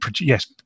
Yes